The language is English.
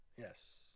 Yes